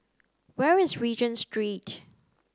where is Regent Street